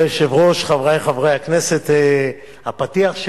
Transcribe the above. אדוני היושב-ראש, חברי חברי הכנסת, הפתיח,